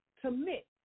commit